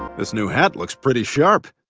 this new hat looks pretty sharp.